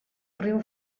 riu